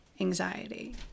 anxiety